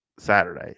Saturday